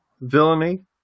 villainy